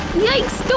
yikes! so